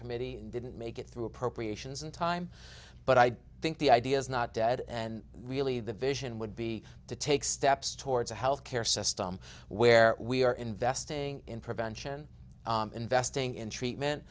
committee didn't make it through appropriations and time but i think the idea is not dead and really the vision would be to take steps towards a health care system where we are investing in prevention investing in treatment